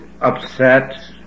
upset